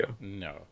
no